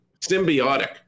symbiotic